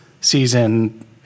season